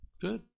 good